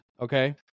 okay